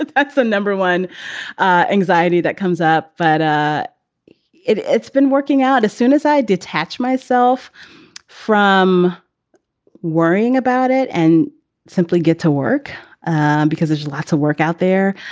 that's the number one anxiety that comes up but it's been working out as soon as i detach myself from worrying about it and simply get to work because there's lots of work out there.